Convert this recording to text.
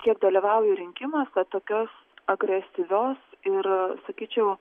kiek dalyvauju rinkimuose tokios agresyvios ir sakyčiau